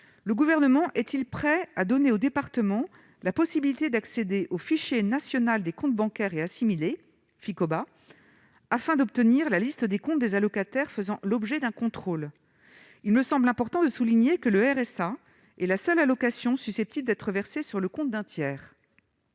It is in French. Le Gouvernement est-il prêt à donner aux départements la possibilité d'accéder au Fichier national des comptes bancaires et assimilés, le Ficoba, afin d'obtenir la liste des comptes des allocataires faisant l'objet d'un contrôle- il me semble important de souligner que le RSA est la seule allocation susceptible d'être versée sur le compte d'un tiers